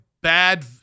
bad